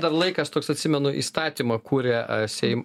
dar laikas toks atsimenu įstatymą kuria seim